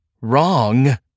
wrong